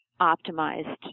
optimized